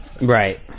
right